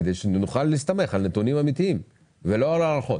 כדי שנוכל להסתמך על נתונים אמיתיים ולא על הערכות.